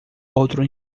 outro